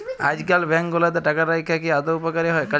আইজকাল ব্যাংক গুলাতে টাকা রাইখা কি আদৌ উপকারী হ্যয়